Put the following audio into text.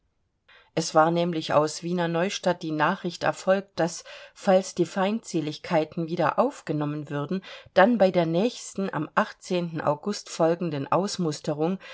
es war nämlich aus wiener neustadt die nachricht erfolgt daß falls die feindseligkeiten wieder aufgenommen würden dann bei der nächsten am august folgenden ausmusterung